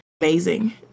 amazing